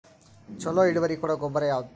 ಛಲೋ ಇಳುವರಿ ಕೊಡೊ ಗೊಬ್ಬರ ಯಾವ್ದ್?